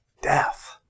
death